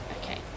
okay